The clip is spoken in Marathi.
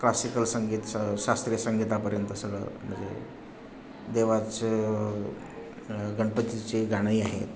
क्लासिकल संगीत शास्त्रीय संगीतापर्यंत सगळं म्हणजे देवाचं गणपतीचे गाणे आहेत